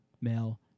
male